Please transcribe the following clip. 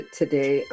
today